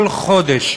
כל חודש,